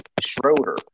Schroeder